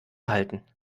halten